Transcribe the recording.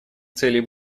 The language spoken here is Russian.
целей